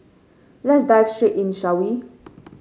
let's dive straight in shall we